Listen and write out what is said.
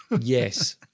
Yes